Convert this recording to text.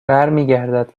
برمیگردد